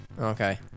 Okay